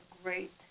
great